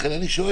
לכן אני שואל.